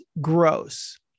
gross